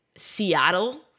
Seattle